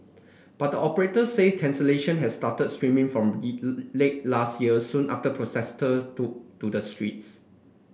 but operator say cancellation had started streaming from late last year soon after protester to to the streets